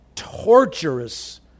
torturous